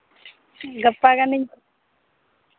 ᱜᱟᱯᱟ ᱜᱟᱹᱱᱤᱧ